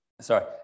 sorry